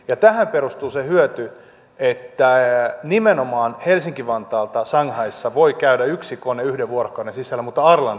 tähän perustuu se hyöty että nimenomaan helsinki vantaalta voi shanghaissa käydä yksi kone yhden vuorokauden sisällä mutta arlandasta ei